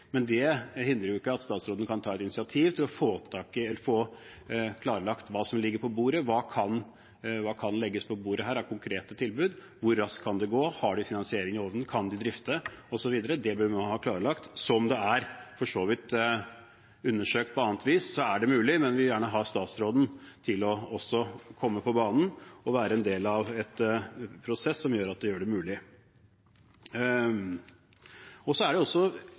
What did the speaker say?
men det hindrer jo ikke at statsråden kan ta initiativ til å få klarlagt hva som ligger på bordet: Hva kan legges på bordet av konkrete tilbud? Hvor raskt kan det gå? Har de finansieringen i orden? Kan de drifte? Osv. Det bør man ha klarlagt. Som det for så vidt er undersøkt på annet vis, er det mulig, men jeg vil gjerne ha statsråden til å komme på banen og være en del av en prosess som gjør det mulig. Så er det også ganske vesentlig: Når regjeringen består av to partier og begge partiene ønsker dette, får vi håpe at regjeringen er